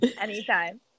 Anytime